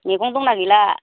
मैगं दं ना गैला